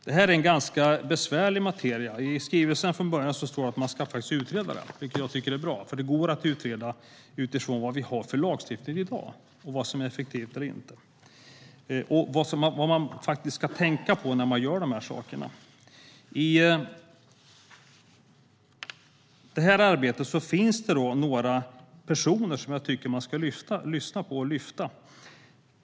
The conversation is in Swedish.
Det är en ganska besvärlig materia. I skrivelsen står det att man borde utreda frågan, vilket jag tycker är bra. Frågan går att utreda utifrån vad vi har för lagstiftning i dag och vad som är effektivt och inte. I detta arbete finns det några personer som jag tycker att man ska lyssna på.